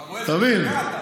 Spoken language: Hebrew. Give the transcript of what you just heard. אתה רואה איזה מפלגה אתה.